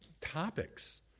Topics